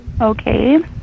Okay